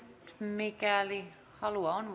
mikäli halua on